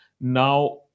Now